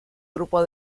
grupo